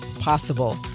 possible